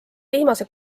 viimase